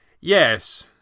Yes